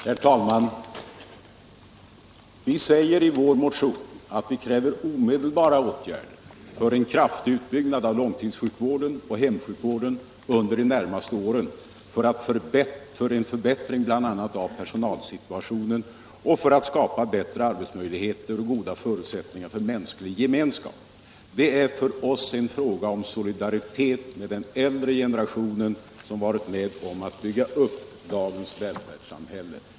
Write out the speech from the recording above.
Herr talman! I vår motion säger vi att vi kräver omedelbara åtgärder för en kraftig utbyggnad av långtidssjukvården och hemsjukvården under de närmaste åren, för en förbättring av bl.a. personalsituationen och för att skapa bättre arbetsmöjligheter och goda förutsättningar för mänsklig gemenskap. Det är för oss en fråga om solidaritet med den äldre generationen, som har varit med om att bygga upp dagens välfärdssamhälle.